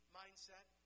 mindset